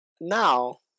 now